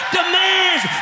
demands